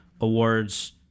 awards